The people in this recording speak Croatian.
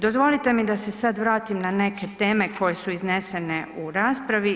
Dozvolite da se sad vratim na neke teme koje su iznesene u raspravi.